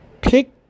Pick